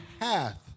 hath